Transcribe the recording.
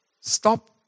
stop